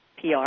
PR